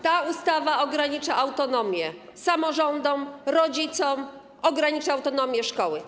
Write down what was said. Ta ustawa ogranicza autonomię samorządów, rodziców, ogranicza autonomię szkoły.